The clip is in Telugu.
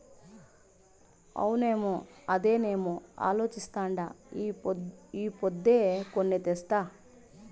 అవునమ్మో, అదేనేమో అలోచిస్తాండా ఈ పొద్దే కొని తెస్తా